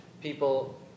people